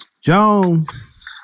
Jones